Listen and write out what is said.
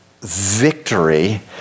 victory